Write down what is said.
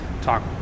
talk